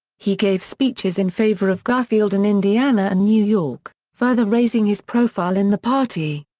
he gave speeches in favor of garfield in indiana and new york, further raising his profile in the party.